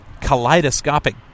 kaleidoscopic